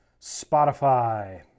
Spotify